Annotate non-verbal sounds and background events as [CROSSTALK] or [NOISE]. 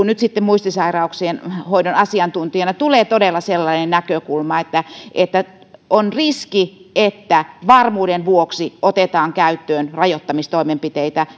[UNINTELLIGIBLE] nyt muistisairauksien hoidon asiantuntijana todella sellainen näkökulma esille että on riski että varmuuden vuoksi otetaan käyttöön rajoittamistoimenpiteitä [UNINTELLIGIBLE]